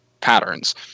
patterns